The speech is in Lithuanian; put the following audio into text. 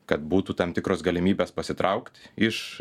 kad būtų tam tikros galimybės pasitraukt iš